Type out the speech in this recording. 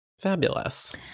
Fabulous